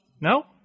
No